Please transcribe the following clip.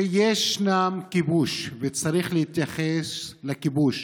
שישנו כיבוש, וצריך להתייחס לכיבוש.